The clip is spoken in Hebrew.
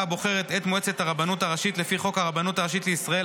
הבוחרת את מועצת הרבנות הראשית לפי חוק הרבנות הראשית לישראל,